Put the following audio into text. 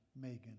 Megan